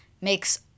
makes